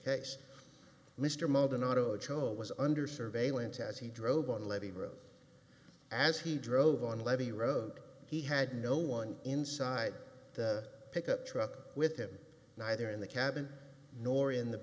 case mr modern auto cho was under surveillance as he drove on lady road as he drove on levy road he had no one inside the pickup truck with him neither in the cabin nor in the